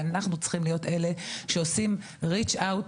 ואנחנו צריכים להיות אלה שעושים מאמץ להגיע אליהם,